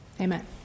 Amen